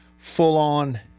full-on